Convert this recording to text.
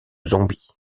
zombie